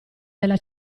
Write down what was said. della